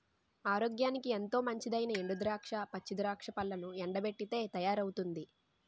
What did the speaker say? ఆరోగ్యానికి ఎంతో మంచిదైనా ఎండు ద్రాక్ష, పచ్చి ద్రాక్ష పళ్లను ఎండబెట్టితే తయారవుతుంది